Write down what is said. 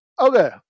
Okay